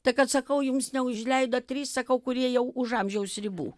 tai kad sakau jums neužleido trys sakau kurie jau už amžiaus ribų